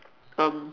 um